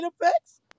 effects